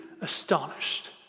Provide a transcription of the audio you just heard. astonished